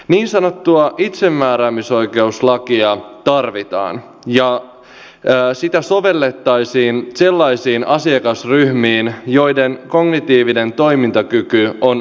niin sanottua itsemääräämisoikeuslakia tarvitaan ja sitä sovellettaisiin sellaisiin asiakasryhmiin joiden kognitiivinen toimintakyky on alentunut